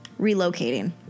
relocating